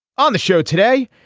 on the show today?